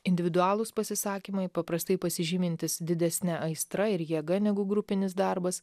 individualūs pasisakymai paprastai pasižymintys didesne aistra ir jėga negu grupinis darbas